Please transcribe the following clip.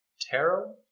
Tarot